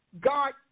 God